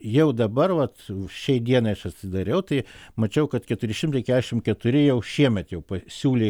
jau dabar vat šiai dienai aš atsidariau tai mačiau kad keturi šimtai kešimt keturi jau šiemet jau pasiūlė